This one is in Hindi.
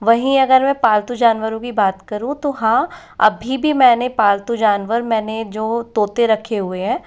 वहीं अगर मैं पालतू जानवरों की बात करूं तो हाँ अभी भी मैंने पालतू जानवर मैंने जो तोते रखे हुए है